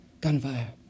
Gunfire